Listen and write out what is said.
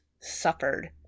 suffered